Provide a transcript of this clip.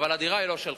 אבל הדירה לא שלך,